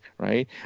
Right